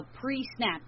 pre-snap